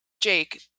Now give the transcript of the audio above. Jake